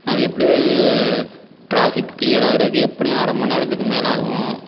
அது எப்படி traffic clear ஆகுறதுக்கு எப்படியும் அரை மணி நேரத்துக்கு மேலே ஆகும்